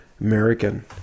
American